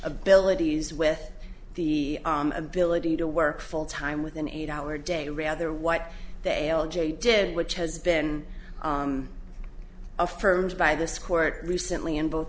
abilities with the ability to work full time with an eight hour day rather what the l j did which has been affirmed by this court recently in both